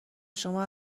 شما